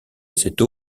cette